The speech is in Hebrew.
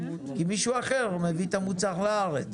כי מישהו אחר מביא את המוצר לארץ.